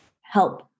help